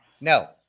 No